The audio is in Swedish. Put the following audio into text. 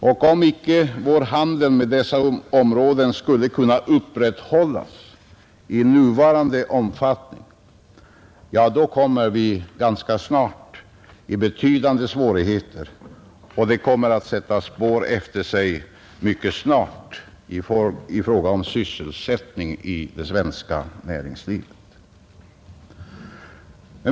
Och om vår handel med dessa områden icke skulle kunna upprätthållas i nuvarande omfattning, då kommer vi ganska snart i betydande svårigheter, och det kommer mycket snart att sätta spår efter sig i fråga om sysselsättningen i det svenska näringslivet.